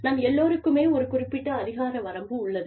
நம் எல்லோருக்குமே ஒரு குறிப்பிட்ட அதிகார வரம்பு உள்ளது